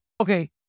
Okay